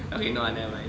okay no lah never mind